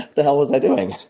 the hell was i doing?